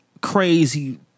crazy